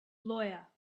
lawyer